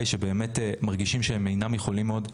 שבאמת מרגישים שהם אינם יכולים עוד.